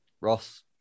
Ross